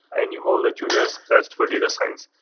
and you hold that julia is best for data science.